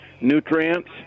nutrients